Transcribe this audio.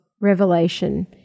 revelation